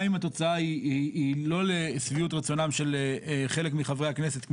אם התוצאה היא לא לשביעות רצונם של חלק מחברי הכנסת,